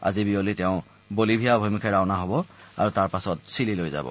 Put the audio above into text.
আজি বিয়লি তেওঁ বলিভিয়া অভিমুখে ৰাওনা হব আৰু তাৰ পাছত ছিলিলৈ যাব